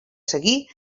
seguir